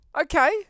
Okay